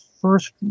first